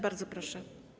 Bardzo proszę.